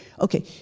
okay